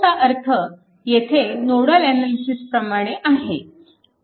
चा अर्थ येथे नोडल अनालिसिसप्रमाणे आहे